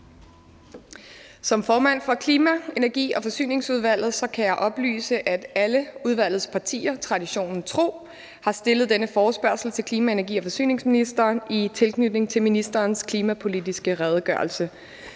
Som formand for Klima-, Energi- og Forsyningsudvalget kan jeg oplyse, at alle udvalgets partier traditionen tro har stillet denne forespørgsel til klima-, energi- og forsyningsministeren i tilknytning til ministerens klimapolitiske redegørelse